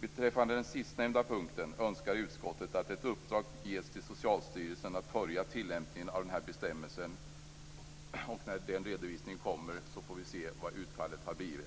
Beträffande den sistnämnda punkten önskar utskottet att uppdrag ges till Socialstyrelsen att följa tillämpningen av denna bestämmelse. När den redovisningen kommer får vi se vad utfallet har blivit.